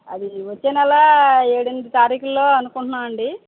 అది వచ్చే నెల ఏడు ఎనిమిది తారీఖులలో అనుకుంటున్నాం అండి